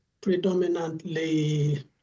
predominantly